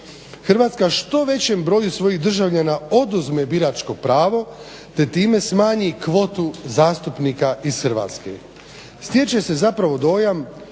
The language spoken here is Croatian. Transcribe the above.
Hrvatska što većem broju svojih državljana oduzme biračko pravo te time smanji kvotu zastupnika iz Hrvatske. Stječe se zapravo dojam